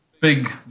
big